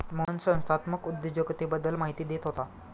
मोहन संस्थात्मक उद्योजकतेबद्दल माहिती देत होता